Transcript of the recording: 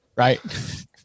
Right